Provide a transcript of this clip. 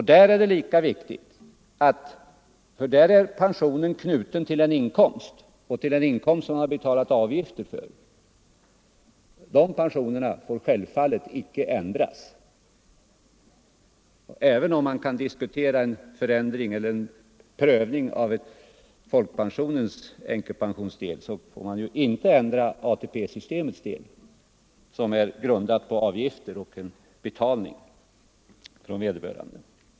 Där är pensionen knuten till en inkomst som man har betalat avgifter för, och sådana pensioner får självfallet icke ändras. Även om man kan diskutera en omprövning av folkpensionens änkepensionsdel får man inte ändra ATP-systemets änkepensionsdel, som är grundad på inbetalda avgifter.